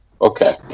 Okay